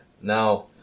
Now